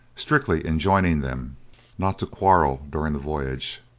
strictly enjoining them not to quarrel during the voyage.